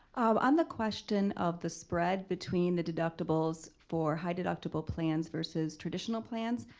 on the question of the spread between the deductibles for high deductible plans versus traditional plans,